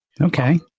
Okay